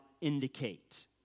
indicate